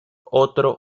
otro